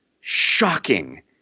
shocking